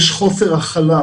יש חוסר הכלה,